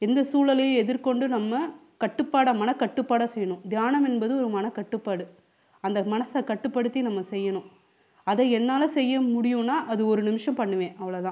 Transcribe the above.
எந்த சூழலையும் எதிர் கொண்டு நம்ம கட்டுப்பாடாக மன கட்டுப்பாடாக செய்யணும் தியானம் என்பது ஒரு மன கட்டுப்பாடு அந்த மனசை கட்டுப்படுத்தி நம்ப செய்யணும் அதை என்னால் செய்ய முடியுன்னா அதை ஒரு நிமிஷம் பண்ணுவேன் அவ்ளோ தான்